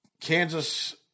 Kansas